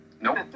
Nope